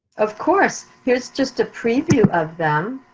of course, here's just a preview of them.